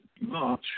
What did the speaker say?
March